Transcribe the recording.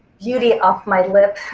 beauty of my lip,